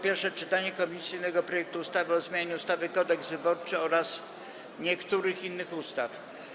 Pierwsze czytanie komisyjnego projektu ustawy o zmianie ustawy Kodeks wyborczy oraz niektórych innych ustaw.